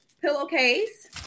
pillowcase